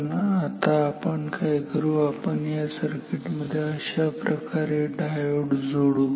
पण आता आपण काय करू आपण या सर्किट मध्ये अशाप्रकारे डायोड जोडू